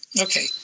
Okay